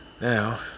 now